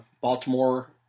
Baltimore